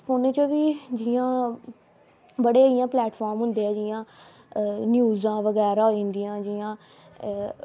फोनै च बी जि'यां बडे़ इ'यां प्लेटफॉर्म होंदे ऐ जि'यां न्यूज़ां बगैरा होई जंदियां जि'यां